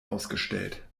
ausgestellt